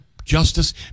Justice